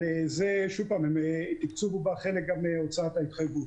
אבל התקצוב בא בחלקו גם מהוצאת ההתחייבות.